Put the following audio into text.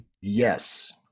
yes